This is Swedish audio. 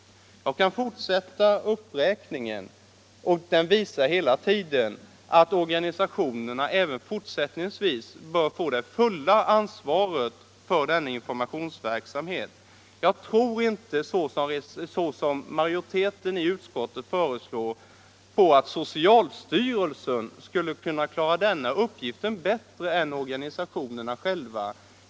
Jag skulle kunna fortsätta denna uppräkning som visar att organisationerna även fortsättningsvis bör få det fulla ansvaret för den här informationsverksamheten. Jag tror inte, till skillnad från utskottsmajoriteten, att socialstyrelsen skulle kunna klara denna uppgift bättre än organisationerna.